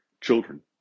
children